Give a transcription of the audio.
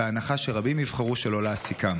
בהנחה שרבים יבחרו שלא להעסיקם?